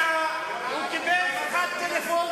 האמת היא, חבר הכנסת גפני,